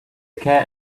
cat